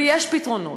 ויש פתרונות.